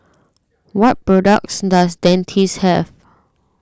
what products does Dentiste have